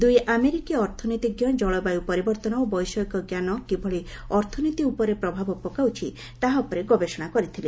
ଦୁଇ ଆମେରିକୀୟ ଅର୍ଥନୀତିଜ୍ଞ ଜଳବାୟୁ ପରିବର୍ତ୍ତନ ଓ ବୈଷୟିକ ଜ୍ଞାନ କିଭଳି ଅର୍ଥନୀତି ଉପରେ ପ୍ରଭାବ ପକାଉଛି ତାହା ଉପରେ ଗବେଷଣା କରିଥିଲେ